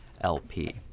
LP